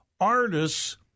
artists